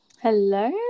hello